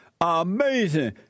Amazing